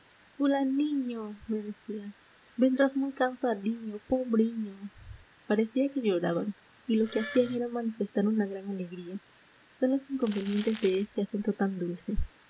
fulaniño me decían vendrás muy cansadiño pobriño parecía que lloraban y lo que hacían era manifestar una gran alegría son los inconvenientes de este acento tan dulce